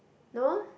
no